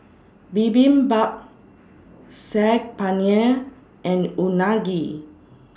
Bibimbap Saag Paneer and Unagi